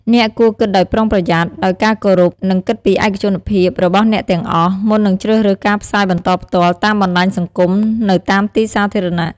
អ្នកគួរគិតដោយប្រុងប្រយ័ត្ន ដោយការគោរព និង គិតពីឯកជនភាពរបស់អ្នកទាំងអស់ មុននឹងជ្រើសរើសការផ្សាយបន្តផ្ទាល់តាមបណ្តាញសង្គម នៅតាមទីសាធារណៈ។